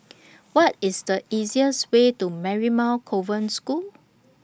What IS The easiest Way to Marymount Convent School